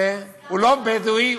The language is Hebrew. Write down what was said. והוא לא בדואי,